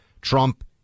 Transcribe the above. Trump